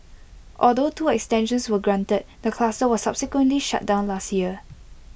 although two extensions were granted the cluster was subsequently shut down last year